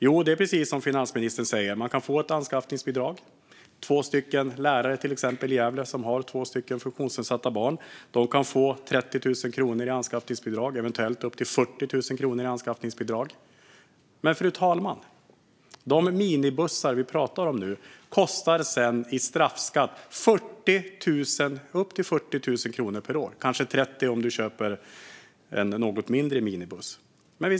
Jo, det är precis som finansministern säger, att man kan få ett anskaffningsbidrag. Exempelvis kan två lärare i Gävle som har två funktionsnedsatta barn få 30 000 kronor i anskaffningsbidrag. Eventuellt kan de få upp till 40 000 kronor i anskaffningsbidrag. Men, fru talman, de minibussar vi nu pratar om kostar sedan upp till 40 000 kronor per år i straffskatt - eller kanske 30 000 om man köper en något mindre minibuss.